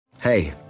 Hey